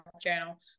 channel